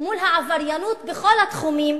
מול העבריינות בכל התחומים.